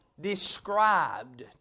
described